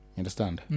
understand